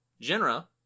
genera